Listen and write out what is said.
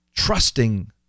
trusting